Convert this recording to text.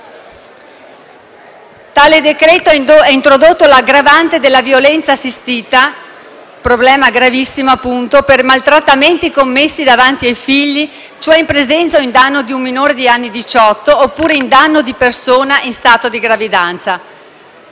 Quest'ultimo ha introdotto l'aggravante della violenza assistita, problema gravissimo appunto, per maltrattamenti commessi davanti ai figli ossia in presenza o in danno di un minore di anni diciotto, oppure in danno di persona in stato di gravidanza.